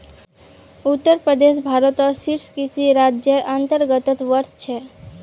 उत्तर प्रदेश भारतत शीर्ष कृषि राज्जेर अंतर्गतत वश छेक